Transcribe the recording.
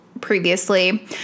previously